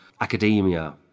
academia